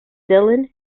dylan